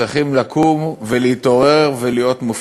צריכים לקום ולהתעורר ולהיות מופתעים,